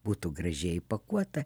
būtų gražiai įpakuota